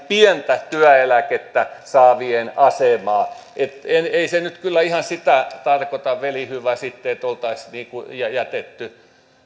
pientä työeläkettä saavien asemaa että ei se nyt kyllä ihan sitä tarkoita veli hyvä että oltaisiin jätetty